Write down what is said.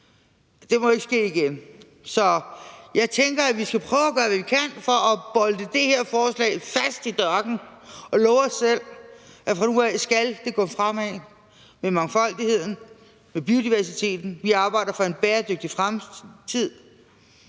Det må ikke ske igen, så jeg tænker, vi skal prøve at gøre, hvad vi kan for at bolte det her forslag fast i dørken og love os selv, at fra nu af skal det gå fremad med mangfoldigheden inden for biodiversiteten. Vi arbejder for en bæredygtig fremtid